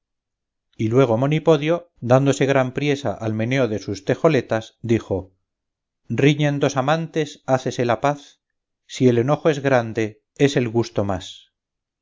y luego monipodio dándose gran priesa al meneo de sus tejoletas dijo riñen dos amantes hácese la paz si el enojo es grande es el gusto más